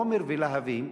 עומר ולהבים,